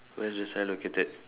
where's the sign located